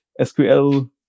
SQL